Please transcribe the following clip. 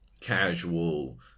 casual